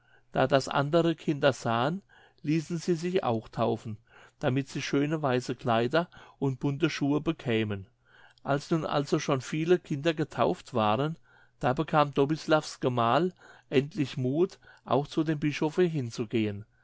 da das andere kinder sahen ließen sie sich auch taufen damit sie schöne weiße kleider und bunte schuhe bekämen als nun also schon viele kinder getauft waren da bekam dobislavs gemahl endlich muth auch zu dem bischofe hinzugehen